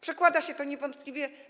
Przekłada się to niewątpliwie.